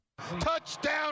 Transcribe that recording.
Touchdown